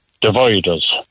dividers